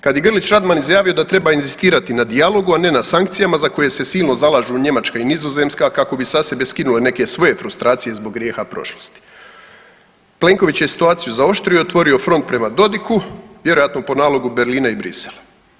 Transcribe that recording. Kad je Grlić Radman izjavio da treba inzistirati na dijalogu, a ne na sankcijama za koje se silno zalažu Njemačka i Nizozemska kako bi sa sebe skinuo neke svoje frustracije zbog grijeha prošlosti, Plenković je situaciju zaoštrio otvorio front prema Dodiku vjerojatno po nalogu Berlina i Bruxellesa.